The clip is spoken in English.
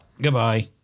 Goodbye